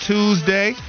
Tuesday